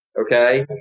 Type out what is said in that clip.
Okay